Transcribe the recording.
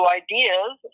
ideas